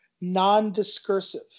non-discursive